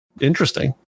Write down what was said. interesting